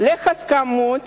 להסכמות